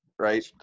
Right